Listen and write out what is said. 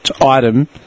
item